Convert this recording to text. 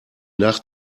nach